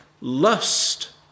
lust